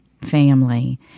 family